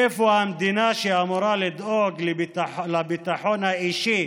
איפה המדינה שאמורה לדאוג לביטחון האישי